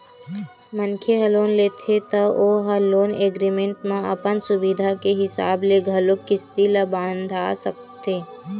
मनखे ह लोन लेथे त ओ ह लोन एग्रीमेंट म अपन सुबिधा के हिसाब ले घलोक किस्ती ल बंधा सकथे